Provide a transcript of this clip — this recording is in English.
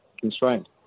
constrained